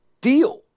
deal